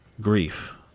grief